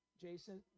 Jason